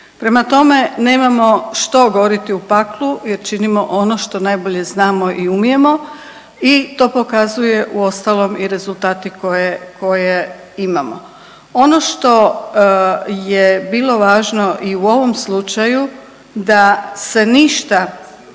Prema tome, nemamo što gorjeti u paklu jer činimo ono što najbolje znamo i umijemo i to pokazuje uostalom i rezultati koje imamo. Ono što je bilo važno i u ovom slučaju da se ništa